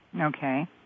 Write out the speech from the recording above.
Okay